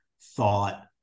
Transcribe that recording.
thought